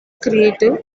creative